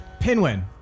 Pinwin